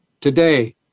Today